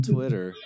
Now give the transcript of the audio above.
Twitter